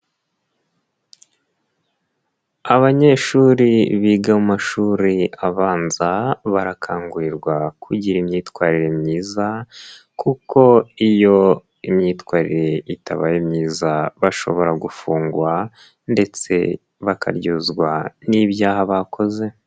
Abanyeshuri biga mu mashuri abanza, barakangurirwa kugira imyitwarire myiza kuko iyo imyitwarire itabaye myiza bashobora gufungwa ndetse bakaryozwa n'ibyaha bakoze.